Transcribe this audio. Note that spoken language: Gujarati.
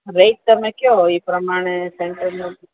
હવે એક તમે ક્યો એ પ્રમાણે સેન્ટરમાં